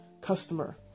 customer